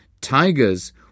tigers